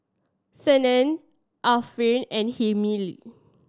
Senin Alfian and Hilmi